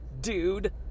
dude